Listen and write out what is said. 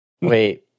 Wait